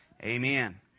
Amen